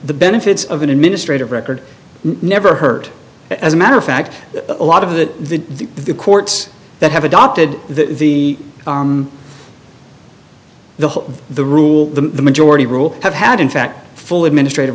the benefits of an administrative record never hurt as a matter of fact a lot of the the the the courts that have adopted the the the rule the majority rule have had in fact full administrative